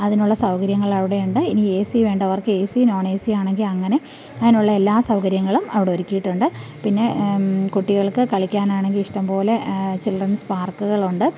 അതിനുള്ള സൗകര്യങ്ങൾ അവിടെയുണ്ട് ഇനി ഏ സി വേണ്ടവർക്ക് ഏ സിയും നോണേസിയാണെങ്കിൽ അങ്ങനെ അങ്ങനെയുള്ള എല്ലാ സൗകര്യങ്ങളും അവിടെ ഒരുക്കിയിട്ടുണ്ട് പിന്നെ കുട്ടികൾക്ക് കളിക്കാനാണെങ്കിൽ ഇഷ്ടം പോലെ ചിൽഡ്രൻസ് പാർക്ക്കളുണ്ട്